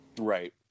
Right